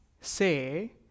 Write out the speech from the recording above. say